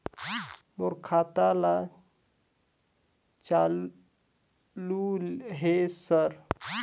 मोर खाता चालु हे सर?